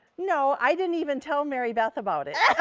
no. i didn't even tell mary beth about it.